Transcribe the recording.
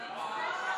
יואל, אל תמשוך.